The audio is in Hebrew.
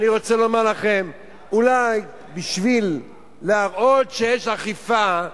אני רוצה לומר לכם, אולי כדי להראות שיש אכיפה,